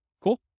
Cool